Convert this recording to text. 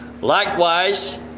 Likewise